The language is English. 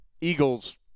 Eagles